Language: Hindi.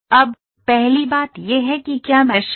अब पहली बात यह है कि क्या मैशिंग है